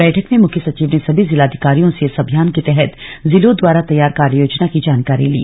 बैठक में मुख्य सचिव ने सभी जिलाधिकारियों से इस अभियान के तहत जिलों द्वारा तैयार कार्ययोजना की जानकारी ली